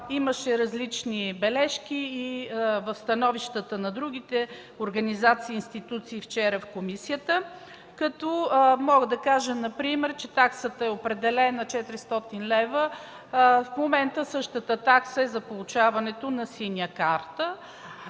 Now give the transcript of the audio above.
Имаше различни бележки и в становищата на другите организации и институти вчера в комисията. Таксата е определена на 400 лв. В момента същата такса е за получаването на синя карта.